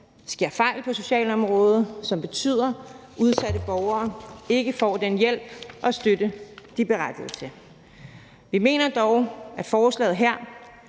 sker fejl på socialområdet, som betyder, at udsatte borgere ikke får den hjælp og støtte, de er berettiget til. Vi mener dog, at forslaget her